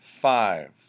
five